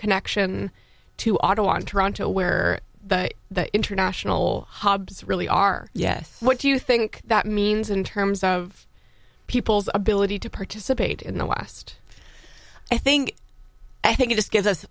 connection to ottawa and toronto where the international hobbs really are yes what do you think that means in terms of people's ability to participate in the west i think i think it just gives us